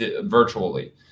virtually